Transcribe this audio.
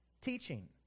teaching